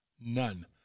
none